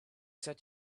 said